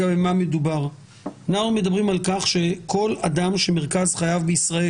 כי אנחנו מעריכים שמי שקיבל מנה ראשונה יגיע גם לקבל מנה שנייה.